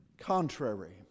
contrary